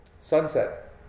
sunset